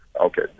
Okay